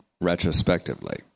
retrospectively